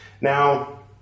Now